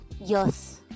yes